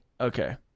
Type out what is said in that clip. Okay